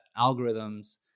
algorithms